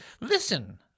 listen